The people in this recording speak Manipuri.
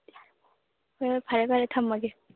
ꯍꯣꯏ ꯐꯔꯦ ꯐꯔꯦ ꯊꯝꯃꯒꯦ